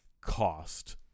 cost